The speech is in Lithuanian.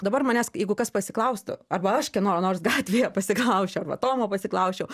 dabar manęs jeigu kas pasiklaustų arba aš kieno nors gatvėje pasiklausčiau arba tomo pasiklausčiau